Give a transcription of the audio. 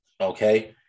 Okay